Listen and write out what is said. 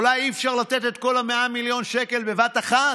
אולי אי-אפשר לתת את כל ה-100 מיליון שקלים בבת אחת,